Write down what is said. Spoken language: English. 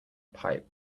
pipe